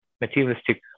materialistic